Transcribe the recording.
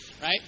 Right